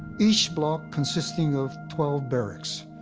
each block consisting of twelve barracks.